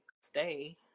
stay